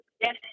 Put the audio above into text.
yes